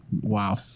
wow